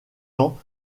ans